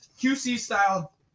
QC-style